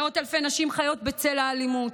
מאות אלפי נשים חיות בצל האלימות,